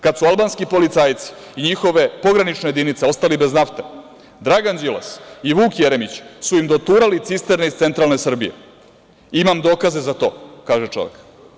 Kad su albanski policajci i njihove pogranične jedinice ostale bez nafte, Dragan Đilas i Vuk Jeremić su im doturali cisterne iz centralne Srbije, imam dokaze za to, kaže čovek.